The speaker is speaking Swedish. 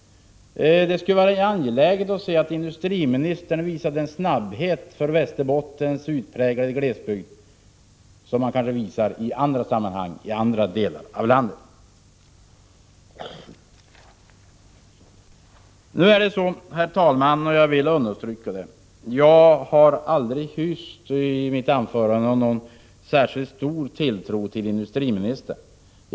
Det vore angeläget att industriministern visade samma snabbhet när det gäller Västerbottens utpräglade glesbygd som han visar när det gäller andra delar av landet. Herr talman! Jag har aldrig hyst någon särskilt stor tilltro till industriministern — det vill jag understryka.